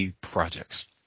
projects